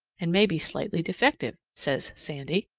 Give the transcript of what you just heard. and may be slightly defective, says sandy.